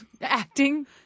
acting